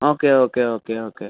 okay okay okay okay